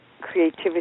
creativity